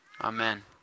Amen